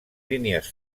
línies